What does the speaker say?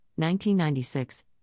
1996